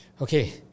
okay